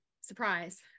surprise